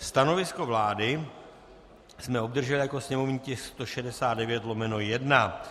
Stanovisko vlády jsme obdrželi jako sněmovní tisk 169/1.